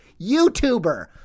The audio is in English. YouTuber